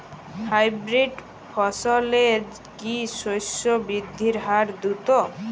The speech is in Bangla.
হাইব্রিড ফসলের কি শস্য বৃদ্ধির হার দ্রুত?